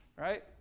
right